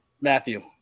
Matthew